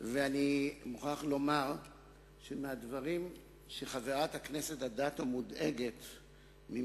ואני מוכרח לומר שהדברים שחברת הכנסת אדטו מודאגת מהם,